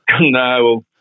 No